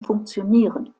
funktionieren